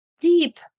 deep